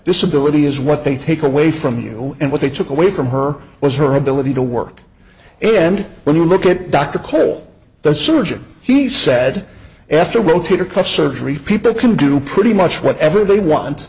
disability is what they take away from you and what they took away from her was her ability to work and when you look at dr cole the surgeon he said after rotator cuff surgery people can do pretty much whatever they want